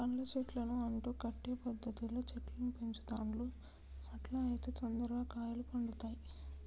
పండ్ల చెట్లను అంటు కట్టే పద్ధతిలో చెట్లను పెంచుతాండ్లు అట్లా అయితే తొందరగా కాయలు పడుతాయ్